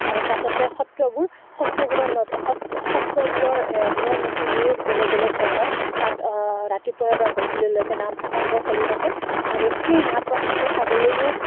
আৰু তাত আছে সত্ৰবোৰ সত্ৰবোৰৰ নদ স সত্ৰবোৰৰ নিয়ম নীতিবোৰো বেলেগ বেলেগ ধৰণৰ তাত ৰাতিপুৱাৰ পৰা গধূললৈকে নাম প্ৰসংগ চলি থাকে আৰু সেই নাম প্ৰসংগ চাবলৈও